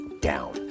down